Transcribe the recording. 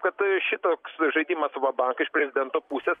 kad šitoks žaidimas vabank iš prezidento pusės